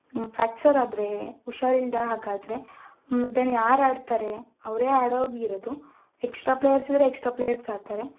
fracture ಆದರೆ ಹುಷಾರಿಲ್ಲದ ಹಾಗಾದರೆ ದೆನ್ ಯಾರಾಡ್ತಾರೆ ಅವರೇ ಆಡೋ ಹಾಗೆ ಇರೋದು ಎಕ್ಸ್ಟ್ರಾ ಪ್ಲೇಯರ್ಸ್ ಇದ್ದರೆ ಎಕ್ಸ್ಟ್ರಾ ಪ್ಲೇಯರ್ಸ್ ಆಡ್ತಾರೆ